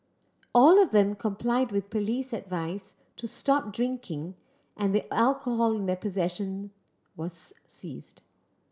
all of them complied with police advice to stop drinking and the alcohol in their possession was seized